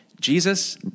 Jesus